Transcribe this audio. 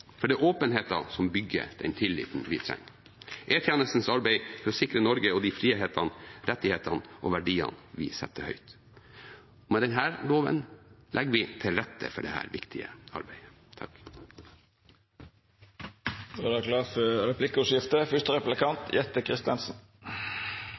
For det er åpenheten som bygger den tilliten vi trenger til E-tjenestens arbeid for å sikre Norge og de frihetene, rettighetene og verdiene vi setter høyt. Med denne loven legger vi til rette for dette viktige arbeidet.